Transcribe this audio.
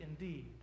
indeed